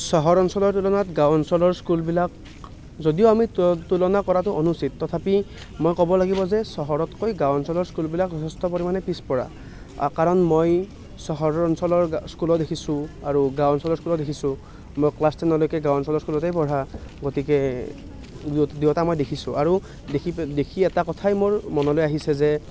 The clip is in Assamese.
চহৰ অঞ্চলৰ তুলনাত গাঁও অঞ্চলৰ স্কুলবিলাক যদিও আমি তুলনা কৰাটো অনুচিত তথাপি মই ক'ব লাগিব যে চহৰতকৈ গাঁও অঞ্চলৰ স্কুলবিলাক যথেষ্ট পৰিমাণে পিছপৰা কাৰণ মই চহৰৰ অঞ্চলৰ স্কুলো দেখিছোঁ আৰু গাঁও অঞ্চলৰ স্কুলো দেখিছোঁ মই ক্লাছ টেনলৈকে গাঁও অঞ্চলৰ স্কুলতেই পঢ়া গতিকে দুই এটা মই দেখিছোঁ আৰু দেখি দেখি এটা কথাই মোৰ মনলৈ আহিছে যে